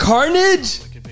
Carnage